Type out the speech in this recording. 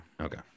Okay